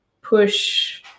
push